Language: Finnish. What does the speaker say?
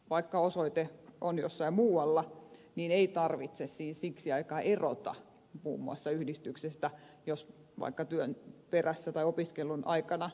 vaikka osoite on jossain muualla niin ei tarvitse siis siksi aikaa erota muun muassa yhdistyksestä jos vaikka työn perässä taikka opiskelun aikana asuu muualla